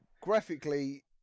graphically